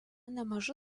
nemaža